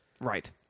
Right